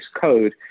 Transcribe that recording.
code